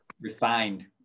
refined